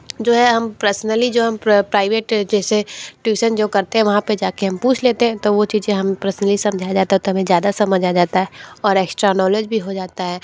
जो है हम पर्सनली जो हम प्राइवेट जैसे ट्यूसन जो करते हैं वहाँ पे जाके हम पूछ लेते हैं तो वो चीज़ें हम प्रश्न नहीं समझा जाता है तो ज़्यादा समझ आ जाता है और एक्स्ट्रा नॉलेज भी हो जाता है